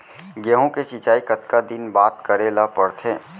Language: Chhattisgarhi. गेहूँ के सिंचाई कतका दिन बाद करे ला पड़थे?